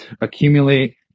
accumulate